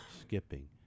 skipping